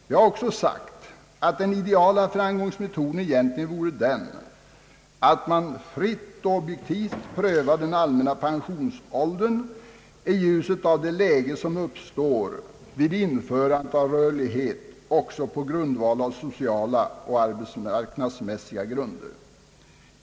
Vi har också sagt att den ideala framgångsmetoden egentligen vore att man fritt och objektivt prövade den allmänna pensionsåldern i ljuset av det läge som uppstår vid införandet av rörlighet också på sociala och arbetsmarknadsmässiga skäl.